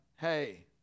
hey